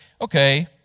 okay